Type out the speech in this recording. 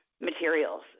materials